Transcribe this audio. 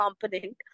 component